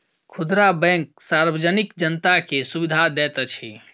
खुदरा बैंक सार्वजनिक जनता के सुविधा दैत अछि